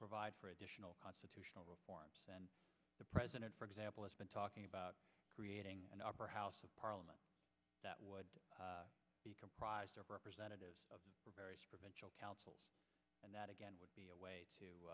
provide for additional constitutional reforms the president for example has been talking about creating an opera house of parliament that would be comprised of representatives of the various provincial councils and that again would be a way to